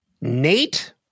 Nate